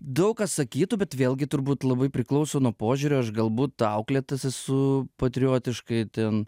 daug kas sakytų bet vėlgi turbūt labai priklauso nuo požiūrio aš galbūt auklėtas esu patriotiškai ten